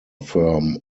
firm